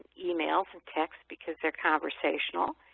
emails and texts because they're conversational.